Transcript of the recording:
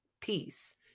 peace